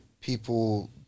People